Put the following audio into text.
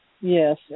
Yes